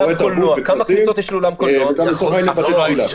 וגם בתי תפילה.